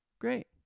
great